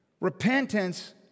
Repentance